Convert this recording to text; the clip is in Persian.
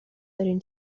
دارین